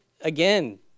again